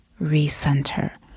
recenter